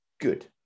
Good